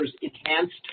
enhanced